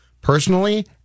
personally